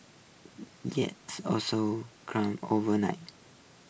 yields also climbed overnight